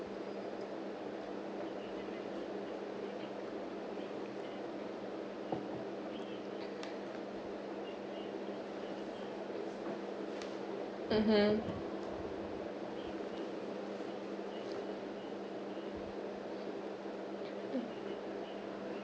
mmhmm